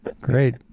great